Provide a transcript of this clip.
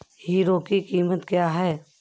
Hero की कीमत क्या है?